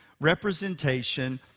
representation